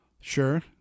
Sure